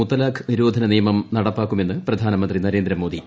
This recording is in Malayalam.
മുത്തലാഖ് നിരോധന നിയമം നടപ്പാക്കുമെന്ന് പ്രധാനമന്ത്രി നരേന്ദ്രമോദി